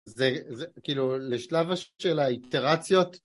זה כאילו לשלב של האיטרציות